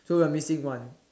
so we're missing one